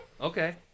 Okay